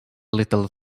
little